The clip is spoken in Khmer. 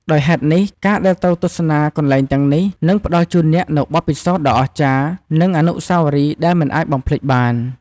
ដោយហេតុនេះ ការដែលទៅទស្សនាកន្លែងទាំងនេះ នឹងផ្តល់ជូនអ្នកនូវបទពិសោធន៍ដ៏អស្ចារ្យ និងអនុស្សាវរីយ៍ដែលមិនអាចបំភ្លេចបាន។